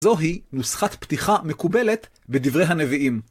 זוהי נוסחת פתיחה מקובלת בדברי הנביאים.